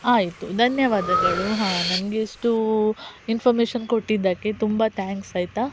ಆಯಿತು ಧನ್ಯವಾದಗಳು ಹಾಂ ನನ್ಗಿಸ್ಟು ಇನ್ಫರ್ಮೇಷನ್ ಕೊಟ್ಟಿದ್ದಕ್ಕೆ ತುಂಬ ಥ್ಯಾಂಕ್ಸ್ ಆಯಿತಾ